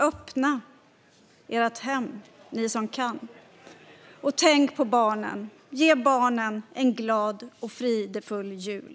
Öppna ert hem, ni som kan. Och tänk på barnen. Ge barnen en glad och fröjdefull jul!